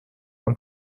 und